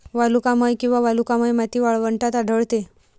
वालुकामय किंवा वालुकामय माती वाळवंटात आढळते